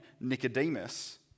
Nicodemus